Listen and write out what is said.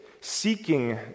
seeking